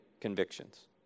convictions